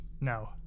no